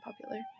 popular